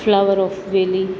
flower of valley